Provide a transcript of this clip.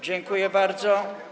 Dziękuję bardzo.